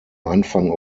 anfang